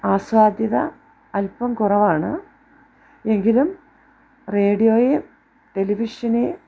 ആസ്വാദ്യത അൽപം കുറവാണ് എങ്കിലും റേഡിയോയെ ടെലിവിഷനെ